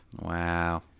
wow